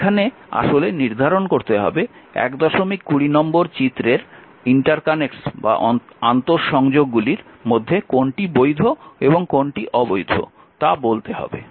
এখানে আসলে নির্ধারণ করতে হবে 120 নম্বর চিত্রের আন্তঃসংযোগগুলির মধ্যে কোনটি বৈধ এবং কোনটি অবৈধ তা বলতে হবে